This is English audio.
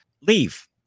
leave